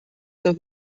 der